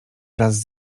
wraz